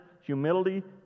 humility